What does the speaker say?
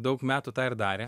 daug metų tą ir darė